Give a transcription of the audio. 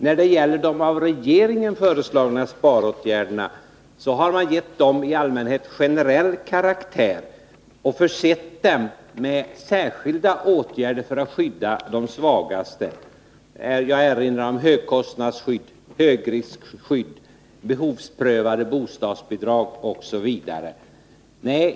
När det gäller de av regeringen föreslagna sparåtgärderna, har de i allmänhet getts generell karaktär och försetts med särskilda insatser för att skydda de svagaste. Jag kan erinra om högkostnadsskydd, högriskskydd, behovsprövade bostadsbidrag osv.